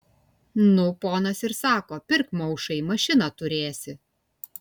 nu ponas ir sako pirk maušai mašiną turėsi